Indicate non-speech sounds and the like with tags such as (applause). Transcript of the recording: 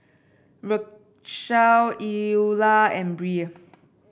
Rachelle Eulah and Brea (noise)